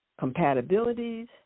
compatibilities